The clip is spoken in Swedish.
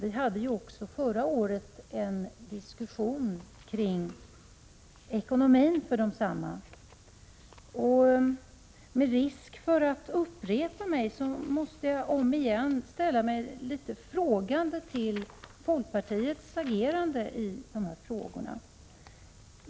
Vi hade också förra året en diskussion kring ekonomin för dem. Med risk för att upprepa mig måste jag omigen ställa mig litet frågande till folkpartiets agerande i de här frågorna.